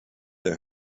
der